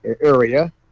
area